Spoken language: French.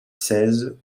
seize